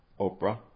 Oprah